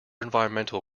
environmental